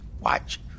watch